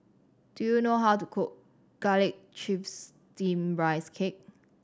do you know how to cook Garlic Chives Steamed Rice Cake